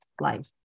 life